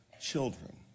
children